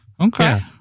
Okay